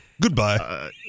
Goodbye